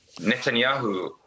Netanyahu